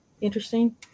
interesting